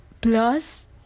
Plus